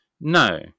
no